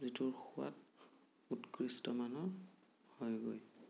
যিটোৰ সোৱাদ উৎকৃষ্ট মানৰ হয়গৈ